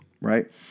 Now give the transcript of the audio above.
right